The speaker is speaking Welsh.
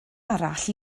arall